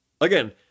Again